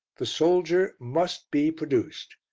the soldier must be produced.